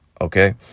Okay